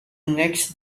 next